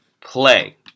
play